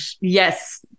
Yes